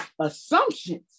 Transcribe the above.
Assumptions